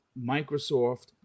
Microsoft